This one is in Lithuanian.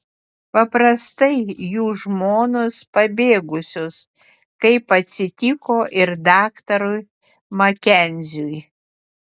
paprastai jų žmonos pabėgusios kaip atsitiko ir daktarui makenziui